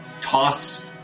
toss